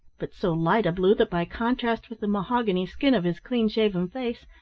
but so light a blue that by contrast with the mahogany skin of his clean-shaven face,